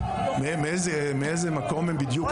מאיזה מקום בדיוק הם הגיעו,